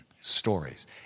stories